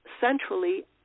centrally